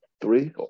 three